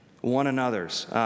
One-anothers